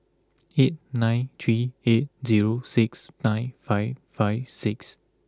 eight nine three eight zero six nine five five six